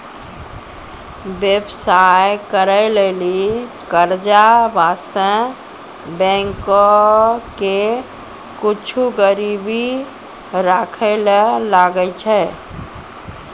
व्यवसाय करै लेली कर्जा बासतें बैंको के कुछु गरीबी राखै ले लागै छै